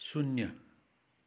शून्य